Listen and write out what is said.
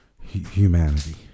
humanity